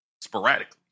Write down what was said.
sporadically